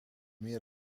meer